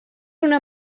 una